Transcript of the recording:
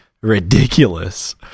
ridiculous